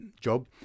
job